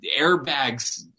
airbags